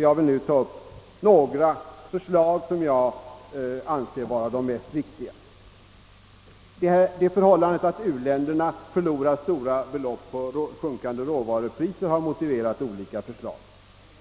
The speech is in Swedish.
Jag vill här ta upp några förslag som jag anser vara de mest viktiga. Det förhållandet att u-länderna förlorar stora belopp på sjunkande råvarupriser har motiverat olika förslag.